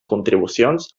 contribucions